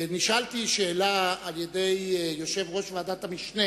נשאלתי שאלה על-ידי יושב-ראש ועדת המשנה